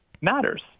matters